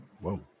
Whoa